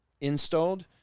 installed